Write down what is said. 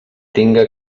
tinga